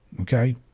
okay